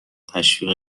تشویق